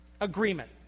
agreement